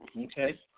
Okay